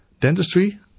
dentistry